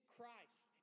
Christ